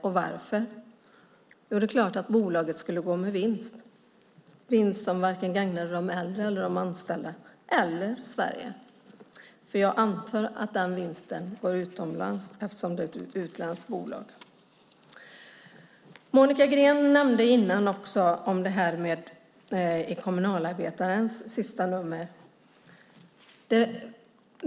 Jo, det är klart att bolaget skulle gå med vinst. Det är en vinst som varken gagnar de äldre eller de anställda eller Sverige. För jag antar att den vinsten går utomlands, eftersom det är ett utländskt bolag. Monica Green nämnde tidigare det som stod i senaste numret av Kommunalarbetaren.